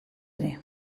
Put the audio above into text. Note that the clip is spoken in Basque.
ere